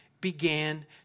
began